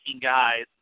guys